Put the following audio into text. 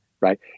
right